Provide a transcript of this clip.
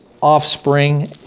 offspring